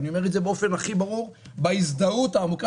אני אומר את זה באופן הכי ברור, בהזדהות עמוקה.